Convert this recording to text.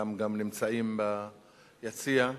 וחלקם גם נמצאים ביציע.